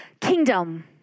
kingdom